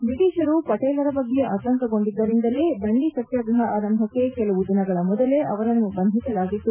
ಬ್ರಟಿಷರು ಪಟೇಲರ ಬಗ್ಗೆ ಆತಂಕಗೊಂಡಿದ್ದರಿಂದಲೇ ದಂಡಿ ಸತ್ಪಾಗ್ರಪ ಆರಂಭಕ್ಕೆ ಕೆಲವು ದಿನಗಳ ಮೊದಲೇ ಅವರನ್ನು ಬಂಧಿಸಲಾಗಿತ್ತು